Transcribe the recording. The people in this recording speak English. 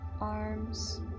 arms